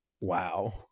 Wow